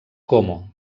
como